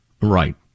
Right